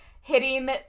hitting